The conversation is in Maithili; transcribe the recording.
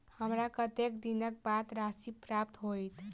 हमरा कत्तेक दिनक बाद राशि प्राप्त होइत?